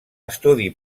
estudi